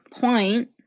point